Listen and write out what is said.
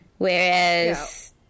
Whereas